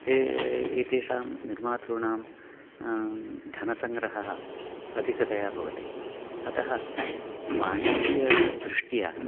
ते एतेषां निर्मातॄणां धनसङ्ग्रहः अधिकतया भवति अतः वाणिज्यदृष्ट्या